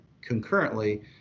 concurrently